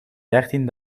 dertien